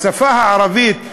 השפה הערבית,